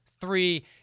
three